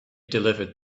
delivered